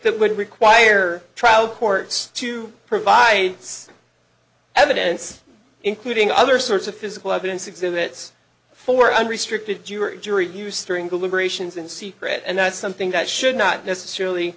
that would require trial courts to provide evidence including other sorts of physical evidence exhibits for unrestricted your jury use during deliberations in secret and that's something that should not